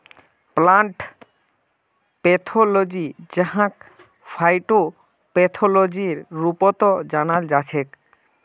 plant pathology जहाक फाइटोपैथोलॉजीर रूपतो जानाल जाछेक